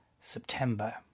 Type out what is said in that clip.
September